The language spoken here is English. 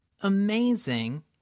amazing